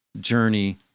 journey